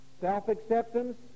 self-acceptance